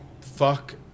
fuck